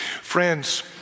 Friends